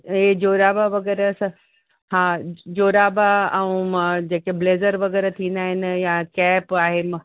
हे जोराब वग़ैरह स हा जोराब ऐं म जेके ब्लेज़र वग़ैरह थींदा आहिनि या कैप आहे